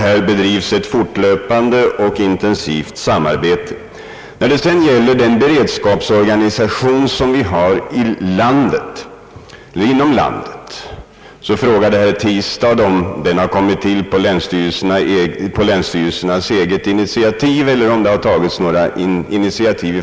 Här bedrivs ett fortlöpande och intensivt samarbete. Herr Tistad frågade om den beredskapsorganisation som vi har inom landet kommit till på länsstyrelsernas Ang. oljeskyddet eget initiativ eller om regeringen har tagit några initiativ.